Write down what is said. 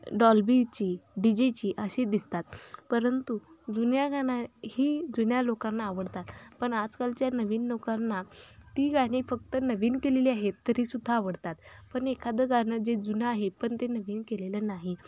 डॉलबीची D जेची अशी दिसतात परंतु जुन्या गाणं ही जुन्या लोकांना आवडतात पण आजकालच्या नवीन लोकांना ती गाणी फक्त नवीन केलेली आहेत तरीसुद्धा आवडतात पण एखादं गाणं जे जुनं आहे पण ते नवीन केलेलं नाही